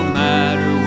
matter